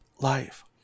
life